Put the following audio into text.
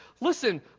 listen